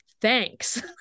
thanks